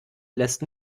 lässt